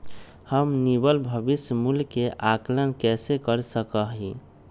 हम निवल भविष्य मूल्य के आंकलन कैसे कर सका ही?